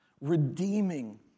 Redeeming